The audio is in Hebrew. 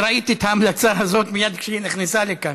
ראיתי את ההמלצה הזאת מייד כשהיא נכנסה לכאן.